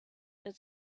der